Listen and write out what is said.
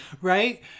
Right